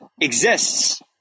exists